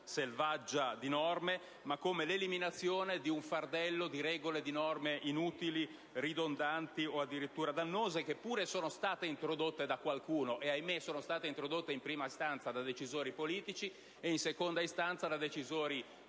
selvaggia di norme, ma come l'eliminazione di un fardello di regole e di norme inutili, ridondanti o addirittura dannose, che pure sono state introdotte da qualcuno (e, ahimè, sono state introdotte in prima istanza da decisori politici, e in seconda istanza da decisori